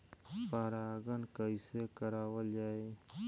परागण कइसे करावल जाई?